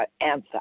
Answer